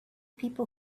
people